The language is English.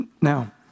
Now